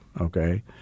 okay